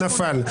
נפל.